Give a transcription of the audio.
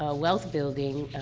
ah wealth building,